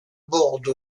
borde